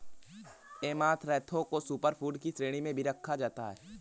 amaranth को super food की श्रेणी में भी रखा जाता है